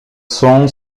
sont